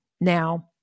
Now